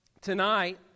tonight